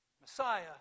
Messiah